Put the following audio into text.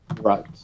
Right